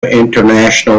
international